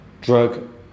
Drug